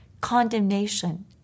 condemnation